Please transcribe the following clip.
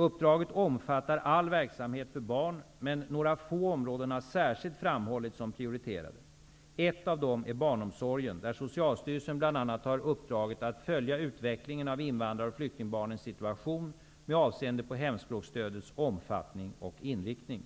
Uppdraget omfattar all verksamhet för barn, men några områden har särskilt framhållits som prioriterade. Ett av dessa är barnomsorgen, där Socialstyrelsen bl.a. har uppdraget att följa utvecklingen av invandrar och flyktingbarnens situation med avseende på hemspråksstödets omfattning och inriktning.